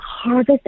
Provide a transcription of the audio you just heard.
harvest